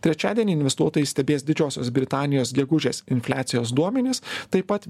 trečiadienį investuotojai stebės didžiosios britanijos gegužės infliacijos duomenis taip pat